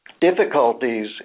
difficulties